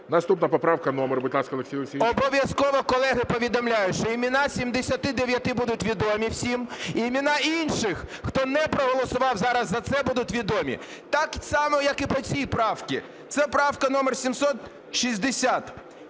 Наступна поправка номер, будь ласка, Олексій Олексійович. 10:17:10 ГОНЧАРЕНКО О.О. Обов'язково, колеги, повідомляю, що імена 79 будуть відомі всім, імена інших, хто не проголосував зараз за це будуть відомі, так само, як і по цій правці. Це правка номер 760.